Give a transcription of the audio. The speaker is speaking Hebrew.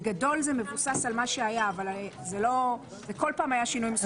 בגדול, זה מבוסס על מה שהיה, וכל פעם היו שינויים.